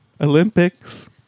Olympics